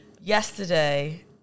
Yesterday